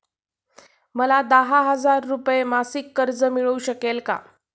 मला दहा हजार रुपये मासिक कर्ज मिळू शकेल का?